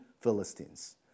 Philistines